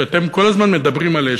שאתם כל הזמן מדברים עליה,